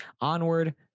Onward